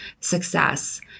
success